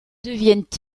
deviennent